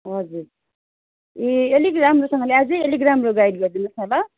हजुर ए अलिक राम्रोसँगले अझै अलिक राम्रो गाइड गरिदिनु होस् न ल